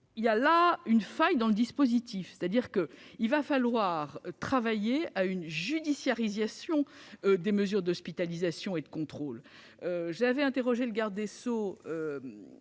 Il y a là une faille dans le dispositif, et nous devrons travailler à une judiciarisation des mesures d'hospitalisation et de contrôle. J'avais interrogé le garde des sceaux